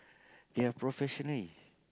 they're professional